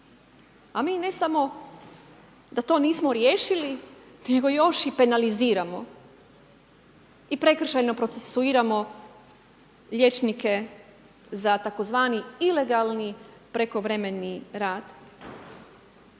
A mi ne samo da to nismo riješili nego još i penaliziramo i prekršajno procesuiramo liječnike za tzv. ilegalni prekovremeni rad.